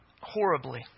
horribly